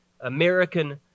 American